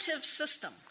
system